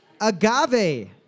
Agave